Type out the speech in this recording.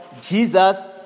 Jesus